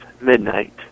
Midnight